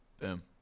Boom